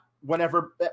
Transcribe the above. whenever